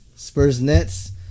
Spurs-Nets